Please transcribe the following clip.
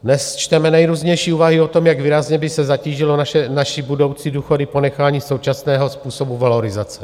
Dnes čteme nejrůznější úvahy o tom, jak výrazně by zatížilo naše budoucí důchody ponechání současného způsobu valorizace.